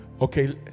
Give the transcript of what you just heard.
Okay